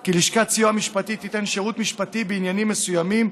כי לשכת סיוע משפטי תיתן שירות משפטי בעניינים מסוימים,